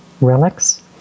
relics